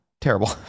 terrible